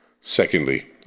Secondly